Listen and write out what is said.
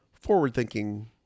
forward-thinking